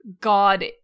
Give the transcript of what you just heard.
god